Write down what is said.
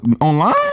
online